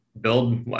build